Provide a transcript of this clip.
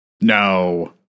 No